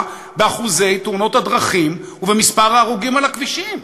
באחוזי תאונות הדרכים ובמספר ההרוגים על הכבישים.